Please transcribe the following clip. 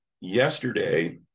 yesterday